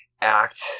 act